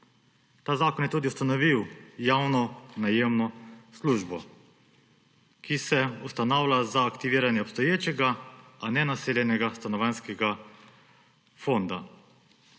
Ta zakon je tudi ustanovil Javno najemno službo, ki se ustanavlja za aktiviranje obstoječega, a nenaseljenega stanovanjskega fonda.